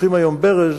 פותחים היום ברז,